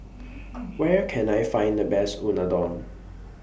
Where Can I Find The Best Unadon